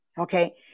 Okay